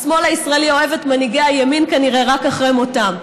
השמאל הישראלי אוהב את מנהיגי הימין כנראה רק אחרי מותם,